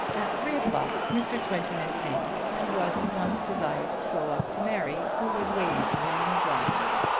at three o'clock mr. twentyman came and was at once desired to go up to mary who was waiting for him in the drawing-room.